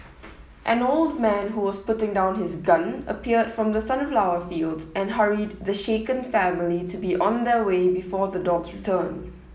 an old man who was putting down his gun appeared from the sunflower fields and hurried the shaken family to be on their way before the dogs return